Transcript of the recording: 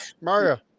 Mario